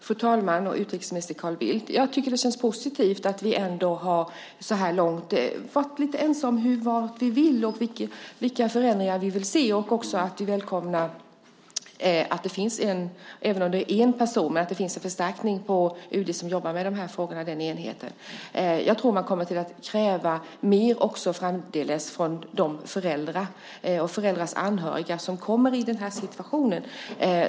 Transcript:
Fru talman! Utrikesminister Carl Bildt! Jag tycker att det känns positivt att vi så här långt ändå har varit ense om vad vi vill och vilka förändringar vi vill se. Vi välkomnar också, även om det bara är en person, en förstärkning på den enhet inom UD som jobbar med de här frågorna. Jag tror att man kommer att kräva mer framdeles från de föräldrar och anhöriga som kommer i den här situationen.